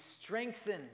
strengthened